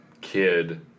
kid